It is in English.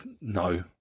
no